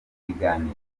ibiganiro